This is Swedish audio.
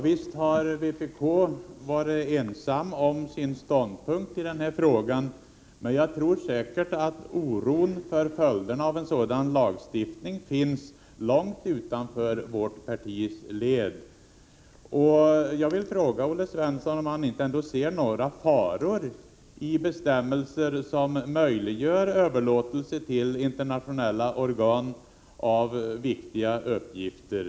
Herr talman! Visst har vpk varit ensamt om sin ståndpunkt i denna fråga, men jag tror att oron för följderna av en sådan här lagstiftning säkerligen finns långt utanför vårt partis led. Jag vill fråga Olle Svensson om han ändå inte ser några faror i bestämmelser som möjliggör överlåtelse till internationella organ av viktiga uppgifter.